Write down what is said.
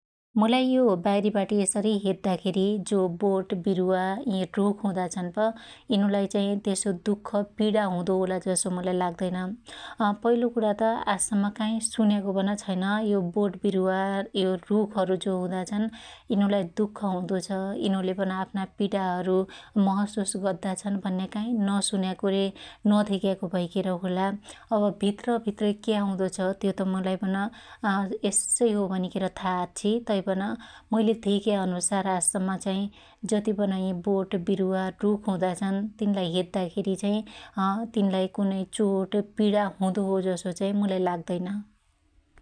मुलाई यो बाइरीबाटी यसरी हेद्दा जो बोट विरुवा यि रुख हुदा छनप यिनुलाई चाहि यसो दुख पिडा हुदोहोला जसो मुलाई लाग्दैन । अपहिलो कुणा त आज सम्म काइ सुन्याको पन छैन । यो बोट विरुवा यो रुखहरु जो हुदाछन् प यिनुलाई दुख हुदोछ यिनुलाइ यिनुलाइ युनुलेपन आफ्ना पिडाहरु महशुस गद्दा छन भन्या काइ नसुन्याको रे नधेक्याको भैखेर होला अब भित्र भित्रै क्या हुदो छ त्यो त मुलाई पनअ यस्सै हो भनिखेर था आछ्छी तैपन मइले धेक्या अनुसार आज सम्म चाहि जति पन यि बोट विरुवा हुदा छन तिनलाई हेद्दाखेरी चाहि अतिनलाई कुनै चोट पिडा हुदो हो जसो चाहि मुलाई लाग्दैन् ।